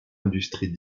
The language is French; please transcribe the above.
industrie